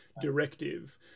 directive